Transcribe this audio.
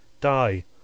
die